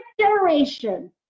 generation